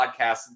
podcasts